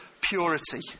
purity